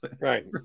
Right